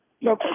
No